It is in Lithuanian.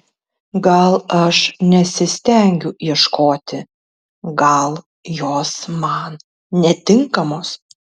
gal aš nesistengiu ieškoti gal jos man netinkamos